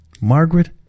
Margaret